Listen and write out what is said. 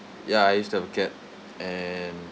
ya it's the cat and